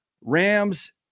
Rams